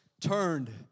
turned